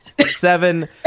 Seven